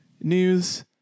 news